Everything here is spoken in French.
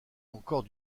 encore